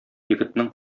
егетнең